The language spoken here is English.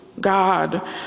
God